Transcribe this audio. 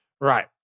Right